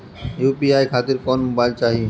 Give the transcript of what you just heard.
UPI खातिर कौन mobile चाहीं?